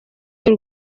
y’u